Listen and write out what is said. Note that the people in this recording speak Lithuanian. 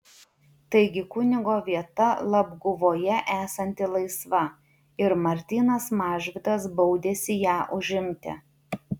taigi kunigo vieta labguvoje esanti laisva ir martynas mažvydas baudėsi ją užimti